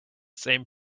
same